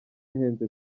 ahenze